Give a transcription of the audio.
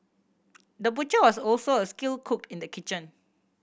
the butcher was also a skilled cook in the kitchen